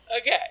okay